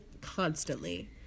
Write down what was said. constantly